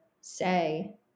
say